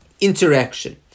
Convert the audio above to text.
interaction